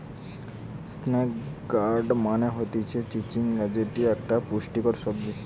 snake guard মানে হতিছে চিচিঙ্গা যেটি একটো পুষ্টিকর সবজি